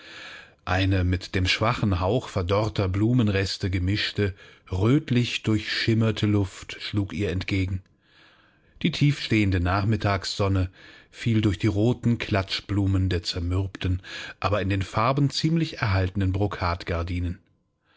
eine mit dem schwachen hauch verdorrter blumenreste gemischte rötlich durchschimmerte luft schlug ihr entgegen die tiefstehende nachmittagssonne fiel durch die roten klatschblumen der zermürbten aber in den farben ziemlich erhaltenen